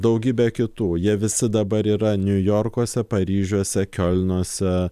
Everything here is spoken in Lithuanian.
daugybę kitų jie visi dabar yra niujorkuose paryžiuose kiolnuose